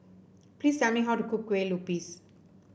please tell me how to cook Kueh Lupis